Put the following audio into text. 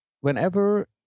whenever